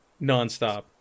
nonstop